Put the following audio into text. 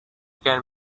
can